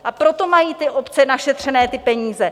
A proto mají ty obce našetřené peníze.